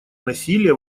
насилия